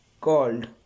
called